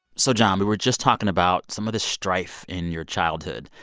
so, john, we were just talking about some of the strife in your childhood.